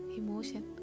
emotion